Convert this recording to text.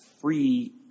free